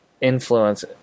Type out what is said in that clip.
influence